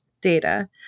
data